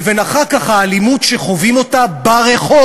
לבין אחר כך האלימות שחווים אותה ברחוב,